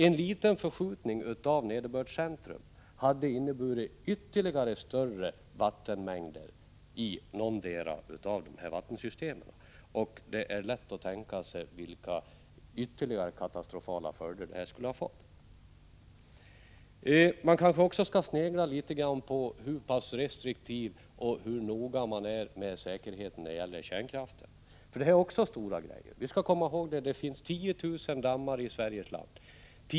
En liten förskjutning av nederbördscentrum hade inneburit ännu större vattenmängder i någotdera av vattensystemen. Det är lätt att tänka sig vilka ytterligare katastrofala följder det skulle ha fått. Man kanske också skall snegla litet på hur restriktiv och noga man är med säkerheten när det gäller kärnkraften, för det här är också stora grejor. Det finns 10 000 dammar i Sveriges land.